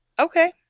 Okay